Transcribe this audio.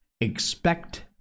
expect